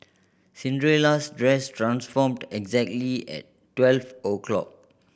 Cinderella's dress transformed exactly at twelve o'clock